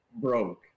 broke